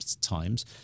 times